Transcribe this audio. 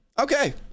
Okay